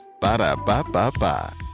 Ba-da-ba-ba-ba